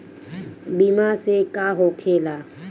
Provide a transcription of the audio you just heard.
बीमा से का होखेला?